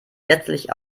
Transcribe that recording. letztlich